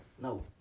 No